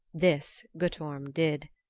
this guttorm did.